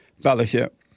fellowship